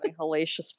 hellacious